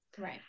Right